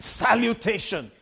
salutation